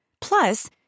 Plus